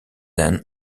then